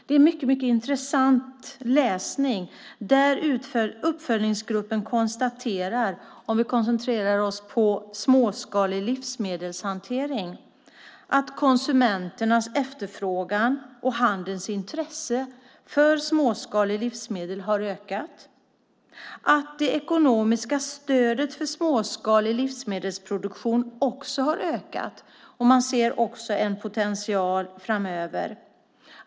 Det är mycket intressant läsning där uppföljningsgruppen konstaterar, om vi koncentrerar oss på småskalig livsmedelshantering, att konsumenternas efterfrågan på och handelns intresse för småskalig livsmedelsproduktion har ökat och att det ekonomiska stödet för småskalig livsmedelsproduktion också har ökat. Man ser också en potential framöver.